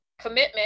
commitment